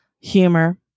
humor